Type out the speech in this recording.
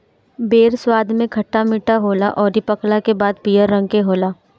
बेर स्वाद में खट्टा मीठा होला अउरी पकला के बाद पियर रंग के होला